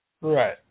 right